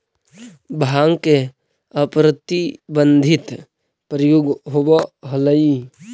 भाँग के अप्रतिबंधित प्रयोग होवऽ हलई